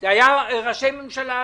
אלא גם ראשי ממשלה אחרים.